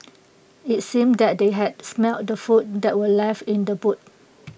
IT seemed that they had smelt the food that were left in the boot